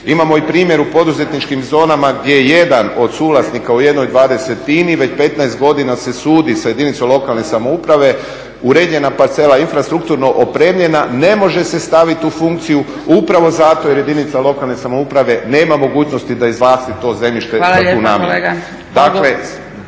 Imamo primjer u poduzetničkim zonama gdje jedan od suvlasnika u jednoj dvadesetini već 15 godina se sudi sa jedinicom lokalne samouprave, uređena parcela, infrastrukturno opremljena ne može se staviti u funkciju upravo zato jer jedinice lokalne samouprave nema mogućnosti da izvlasti to zemljište za tu namjenu.